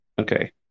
Okay